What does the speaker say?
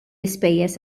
ispejjeż